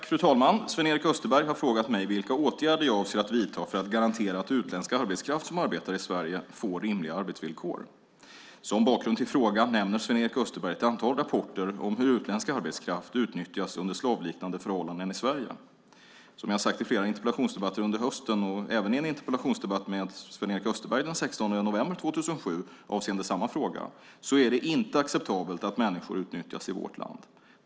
Fru talman! Sven-Erik Österberg har frågat mig vilka åtgärder jag avser att vidta för att garantera att utländsk arbetskraft som arbetar i Sverige får rimliga arbetsvillkor. Som bakgrund till frågan nämner Sven-Erik Österberg ett antal rapporter om hur utländsk arbetskraft utnyttjas under slavliknande förhållanden i Sverige. Som jag har sagt i flera interpellationsdebatter under hösten, även i en interpellationsdebatt med Sven-Erik Österberg den 16 november 2007 avseende samma fråga, är det inte acceptabelt att människor utnyttjas i vårt land.